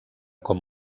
com